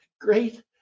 great